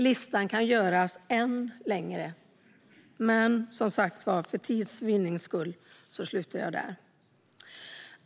Listan kan göras än längre, men för tids vinnande slutar jag där.